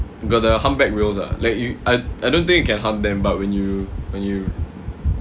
got the humpback whales ah like I don't think you can hunt them but you when you